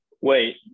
Wait